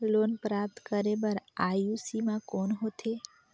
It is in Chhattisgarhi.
लोन प्राप्त करे बर आयु सीमा कौन होथे?